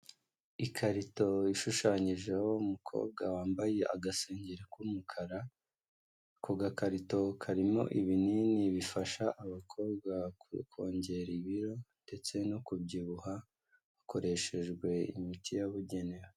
Ikarito ishushanyijeho umukobwa wambaye agasengeri k'umukara, ako gakarito karimo ibinini bifasha abakobwa kongera ibiro ndetse no kubyibuha hakoreshejwe imiti yabugenewe.